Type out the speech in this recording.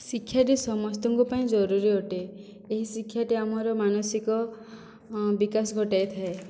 ଶିକ୍ଷା ଯେ ସମସ୍ତଙ୍କ ପାଇଁ ଜରୁରୀ ଅଟେ ଏହି ଶିକ୍ଷାଟି ଆମର ମାନସିକ ବିକାଶ ଘଟାଇଥାଏ